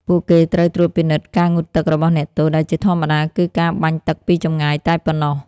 ពួកគេត្រូវត្រួតពិនិត្យការងូតទឹករបស់អ្នកទោស ដែលជាធម្មតាគឺការបាញ់ទឹកពីចម្ងាយតែប៉ុណ្ណោះ។